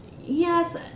Yes